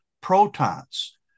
protons